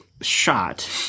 shot